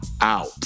out